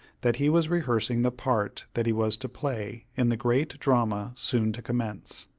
that he was rehearsing the part that he was to play in the great drama soon to commence.